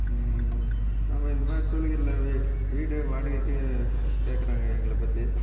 நம்ம இந்த மாதிரி சூளகிரியில் வீடு வாடைகைக்கு கேட்குறாங்க எங்களை பற்றி